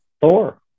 Thor